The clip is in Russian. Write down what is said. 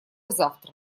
завтра